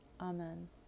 Amen